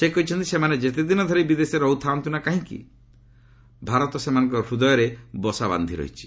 ସେ କହିଛନ୍ତି ସେମାନେ ଯେତେଦିନ ଧରି ବିଦେଶରେ ରହୁଥାନ୍ତୁ ନା କାହିଁକି ଭାରତ ସେମାନଙ୍କ ହୃଦୟରେ ବସାବାନ୍ଧି ରହିଛି